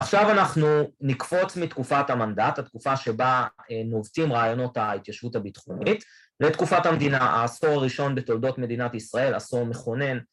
עכשיו אנחנו נקפוץ מתקופת המנדט, התקופה שבה נובטים רעיונות ההתיישבות הביטחונית, לתקופת המדינה, העשור הראשון בתולדות מדינת ישראל, עשור מכונן